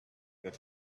that